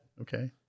okay